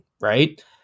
right